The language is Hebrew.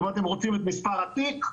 אם אתם רוצים את מספר התיק,